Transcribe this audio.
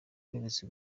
uherutse